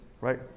right